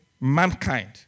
mankind